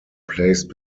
placed